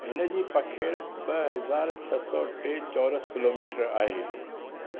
हिन जी पखेड़ ॿ हज़ार छह सौ टे चौरसि किलोमीटर आहे